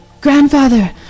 Grandfather